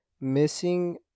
missing